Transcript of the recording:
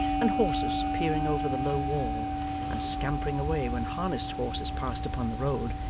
and horses peering over the low wall and scampering away when harnessed horses passed upon the road,